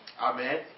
Amen